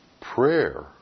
Prayer